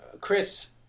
Chris